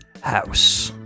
House